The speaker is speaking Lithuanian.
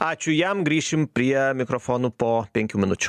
ačiū jam grįšim prie mikrofonų po penkių minučių